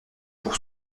pour